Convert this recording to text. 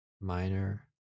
minor